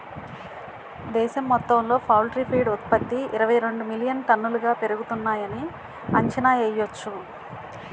దేశం మొత్తంలో poultry feed ఉత్త్పతి ఇరవైరెండు మిలియన్ టన్నులుగా పెరుగుతున్నాయని అంచనా యెయ్యొచ్చు